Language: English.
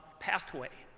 pathway.